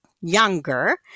younger